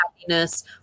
happiness